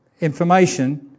information